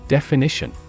Definition